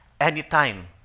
anytime